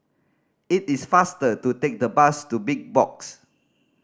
it is faster to take the bus to Big Box